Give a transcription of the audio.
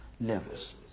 levels